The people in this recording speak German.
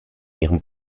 ihrem